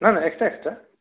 নাই নাই extra extra